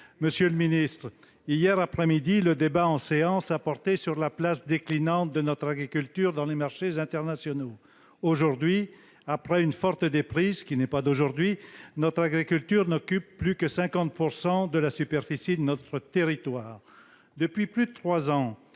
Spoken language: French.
et de l'alimentation. Hier après-midi, le débat en séance a porté sur la place déclinante de notre agriculture dans les marchés internationaux. Aujourd'hui, après une forte déprise- elle n'est pas récente -, notre agriculture n'occupe plus que 50 % de la superficie de notre territoire. Depuis plus de trois ans,